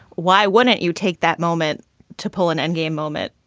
why wouldn't you take that moment to pull an end game moment?